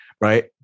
Right